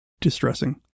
distressing